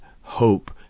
hope